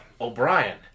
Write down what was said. O'Brien